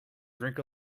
drink